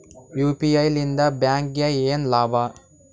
UPI ಲಿಂದ ಬ್ಯಾಂಕ್ಗೆ ಏನ್ ಲಾಭ?